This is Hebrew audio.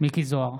מכלוף מיקי זוהר,